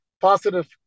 positive